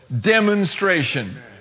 Demonstration